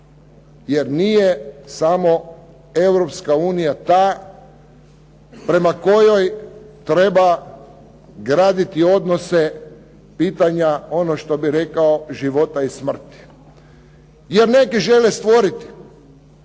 Jer nije samo Europska unija ta prema kojoj treba graditi odnose pitanja ono što bih rekao života i smrti. Jer neki žele stvoriti,